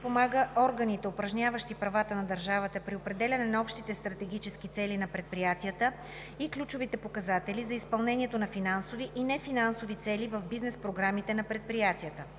подпомага органите, упражняващи правата на държавата при определяне на общите стратегически цели на предприятията и ключовите показатели за изпълнение на финансови и нефинансови цели в бизнес програмите на предприятията;